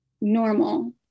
normal